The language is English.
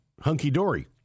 hunky-dory